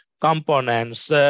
components